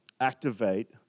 activate